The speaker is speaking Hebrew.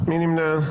מי נמנע?